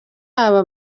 aba